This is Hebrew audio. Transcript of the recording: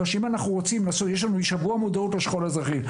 יש לנו שבוע מודעות לשכול האזרחי.